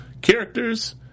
characters